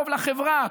טוב לחברה,